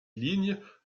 lignes